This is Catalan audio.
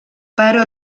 però